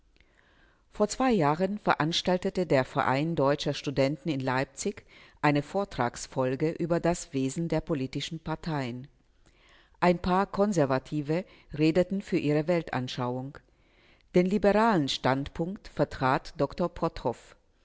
vor zwei jahren veranstaltete der verein deutscher studenten in leipzig eine vortragsfolge über das wesen der politischen parteien ein paar konservative redeten für ihre weltanschauung den liberalen standpunkt vertrat dr potthoff